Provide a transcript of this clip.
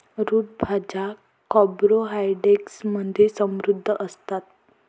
route भाज्या carbohydrates मध्ये समृद्ध असतात